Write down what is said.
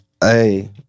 Hey